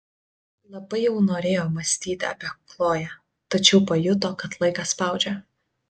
labai jau norėjo mąstyti apie chloję tačiau pajuto kad laikas spaudžia